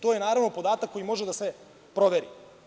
To je, naravno, podatak koji može da se proveri.